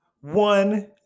one